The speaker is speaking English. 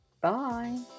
bye